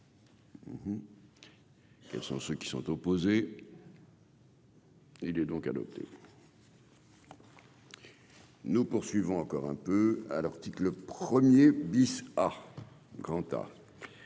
Quels sont ceux qui sont opposés. Il est donc adopté. Nous poursuivons encore un peu à l'article 1er bis à grand